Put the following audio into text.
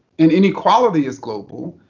and inequality is global.